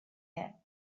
here